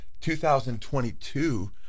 2022